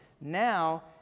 now